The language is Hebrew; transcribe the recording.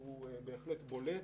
שהוא בהחלט בולט,